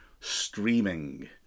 streaming